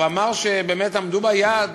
ואמר שבאמת עמדו ביעד.